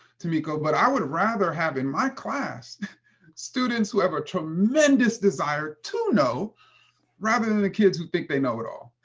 tomiko, but i would rather have in my class students who have a tremendous desire to know than the kids who think they know it all.